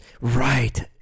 Right